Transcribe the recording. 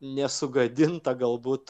nesugadinta galbūt